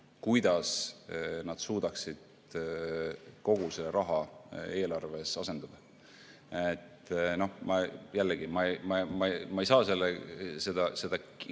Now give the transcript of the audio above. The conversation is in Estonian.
kuidas nad suudaksid kogu selle raha eelarves asendada. Jällegi, ma ei saa seda